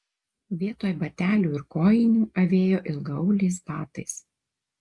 vietoj batelių ir kojinių avėjo ilgaauliais batais